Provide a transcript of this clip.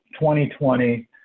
2020